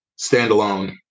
standalone